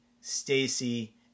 Stacy